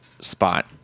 spot